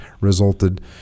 resulted